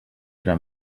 era